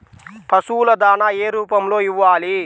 పశువుల దాణా ఏ రూపంలో ఇవ్వాలి?